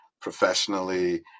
professionally